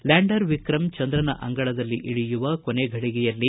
lander Vikram ಚಂದ್ರನ ಅಂಗಳದಲ್ಲಿ ಇಳಿಯುವ ಕೊನೆ ಫಳಗೆಯಲ್ಲಿ